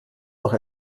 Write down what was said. noch